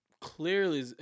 clearly